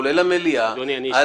כולל המליאה,